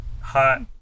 hot